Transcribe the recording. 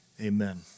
Amen